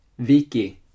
viki